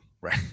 right